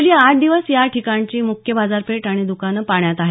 गेली आठ दिवस या ठिकाणची मुख्य बाजारपेठ आणि द्कानं पाण्यात आहेत